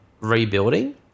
rebuilding